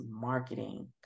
marketing